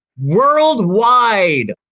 worldwide